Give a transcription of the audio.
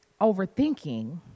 Overthinking